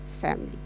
family